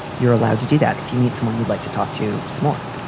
you're allowed to do that if you meet someone you'd like to talk to some more.